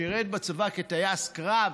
שירת בצבא כטייס קרב,